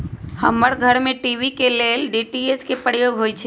हमर घर में टी.वी के लेल डी.टी.एच के प्रयोग होइ छै